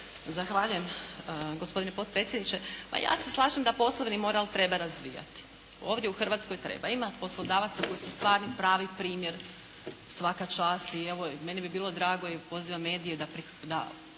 Zahvaljujem gospodine potpredsjedniče. Pa ja se slažem da poslovni moral treba razvijati, ovdje u Hrvatskoj treba. Ima poslodavaca koji su stvarno pravi primjer, svaka čast i evo meni bi bilo drago i pozivam medije da